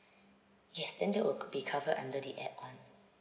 yes then that would be covered under the add on